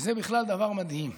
וזה בכלל דבר מדהים.